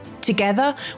Together